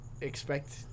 expect